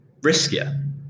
riskier